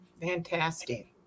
Fantastic